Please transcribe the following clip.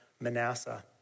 Manasseh